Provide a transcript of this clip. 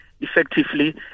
effectively